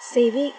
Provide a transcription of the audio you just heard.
save it